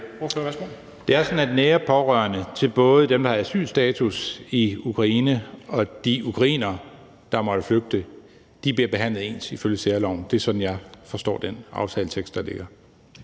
Det er sådan, at nære pårørende til både dem, der har asylstatus i Ukraine, og de ukrainere, der måtte flygte, bliver behandlet ens ifølge særloven. Det er sådan, jeg forstår den aftaletekst, der ligger.